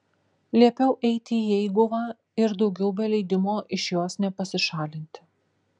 liepiau eiti į eiguvą ir daugiau be leidimo iš jos nepasišalinti